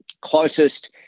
closest